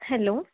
hello